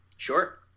Sure